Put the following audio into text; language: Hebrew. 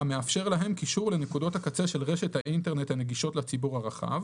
המאפשר להם קישור לנקודות הקצה של רשת האינטרנט הנגישות לציבור הרחב,